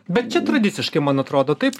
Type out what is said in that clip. bet čia tradiciškai man atrodo taip